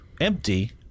Empty